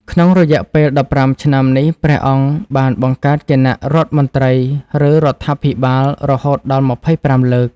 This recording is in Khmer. ក្នុងរយៈពេល ១៥ ឆ្នាំនេះ ព្រះអង្គបានបង្កើតគណៈរដ្ឋមន្ត្រី ឬរដ្ឋាភិបាលរហូតដល់ ២៥ លើក។